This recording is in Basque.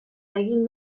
egin